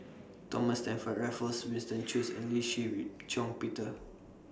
Thomas Stamford Raffles Winston Choos and Lee Shih Shiong Peter